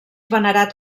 venerat